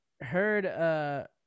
heard